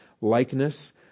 likeness